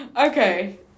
Okay